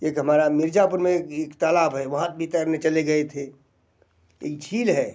एक हमारा मिर्ज़ापुर में एक तालाब है वहाँ भी तैरने चले गए थे एक झील है